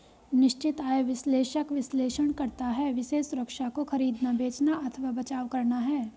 निश्चित आय विश्लेषक विश्लेषण करता है विशेष सुरक्षा को खरीदना, बेचना अथवा बचाव करना है